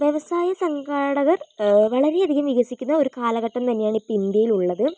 വ്യവസായ സംഘാടകർ വളരെയധികം വികസിക്കുന്ന ഒരു കാലഘട്ടം തന്നെയാണിപ്പം ഇന്ത്യയിലുള്ളത്